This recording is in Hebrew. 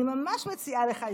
אני ממש מציעה לך,